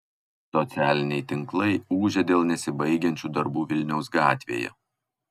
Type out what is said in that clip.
socialiniai tinklai ūžia dėl nesibaigiančių darbų vilniaus gatvėje